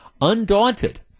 Undaunted